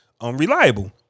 unreliable